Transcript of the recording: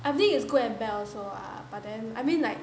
I think it's good and bad also ah but then I mean like